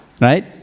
right